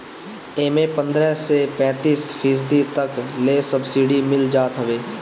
एमे पन्द्रह से पैंतीस फीसदी तक ले सब्सिडी मिल जात हवे